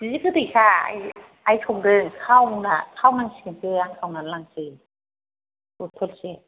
जि गोदैखा आइ संदों खावना खावनांसिगोनसो आं खावनानै लांसै बथलसे